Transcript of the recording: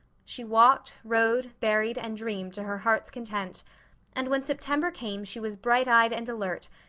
she walked, rowed, berried, and dreamed to her heart's content and when september came she was bright-eyed and alert,